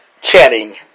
Chatting